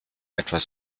etwas